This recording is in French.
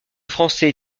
français